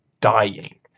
dying